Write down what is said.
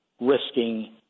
risking